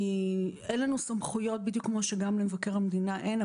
אין לנו סמכויות, בדיוק כמו שגם למבקר המדינה אין.